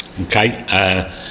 okay